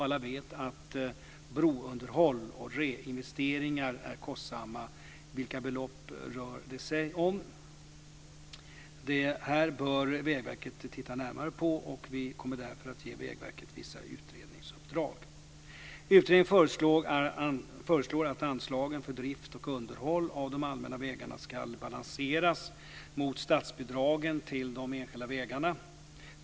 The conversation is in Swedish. Alla vet att brounderhåll och reinvesteringar är kostsamma: Vilka belopp rör det sig om ? Det här bör Vägverket titta närmare på och vi kommer därför att ge Vägverket vissa utredningsuppdrag. Utredningen föreslår att anslagen för drift och underhåll av de allmänna vägarna ska balanseras mot statsbidragen till de enskilda vägarna.